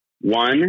One